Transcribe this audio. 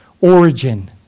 origin